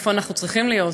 איפה אנחנו צריכים להיות,